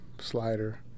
slider